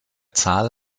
zahl